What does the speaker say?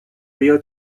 rio